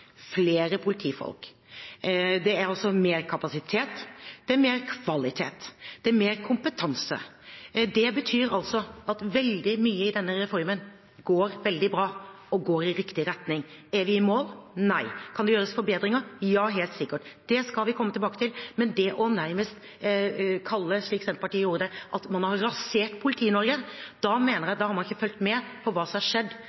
flere politifolk. Det er altså mer kapasitet, det er mer kvalitet, og det er mer kompetanse. Det betyr at veldig mye i denne reformen går veldig bra og går i riktig retning. Er vi i mål? Nei. Kan det gjøres forbedringer? Ja, helt sikkert. Det skal vi komme tilbake til. Men det nærmest å kalle det, slik Senterpartiet gjorde, at man har «rasert» Politi-Norge – da mener jeg at man ikke har